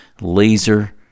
laser